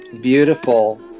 beautiful